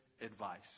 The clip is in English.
advice